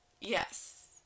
Yes